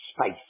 space